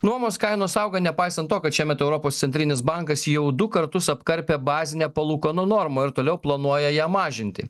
nuomos kainos auga nepaisant to kad šiemet europos centrinis bankas jau du kartus apkarpė bazinę palūkanų normą ir toliau planuoja ją mažinti